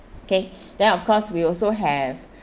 okay then of course we also have